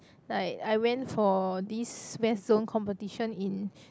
like I went for this west zone competition in